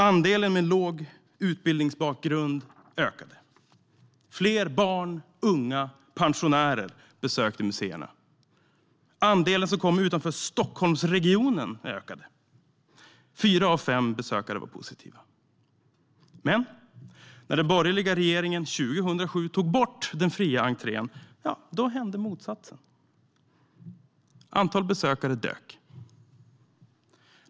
Andelen med låg utbildningsbakgrund ökade. Fler barn, unga och pensionärer besökte museerna. Andelen som kom från utanför Stockholmsregionen ökade. Fyra av fem besökare var positiva. Men när den borgerliga regeringen 2007 tog bort den fria entrén hände motsatsen. Antalet besökare dök.